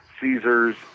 caesars